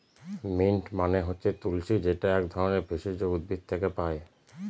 mint মানে হচ্ছে তুলশী যেটা এক ধরনের ভেষজ উদ্ভিদ থেকে পায়